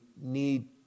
need